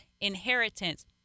inheritance